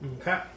Okay